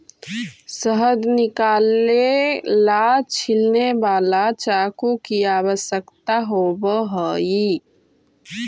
शहद निकाले ला छिलने वाला चाकू की आवश्यकता होवअ हई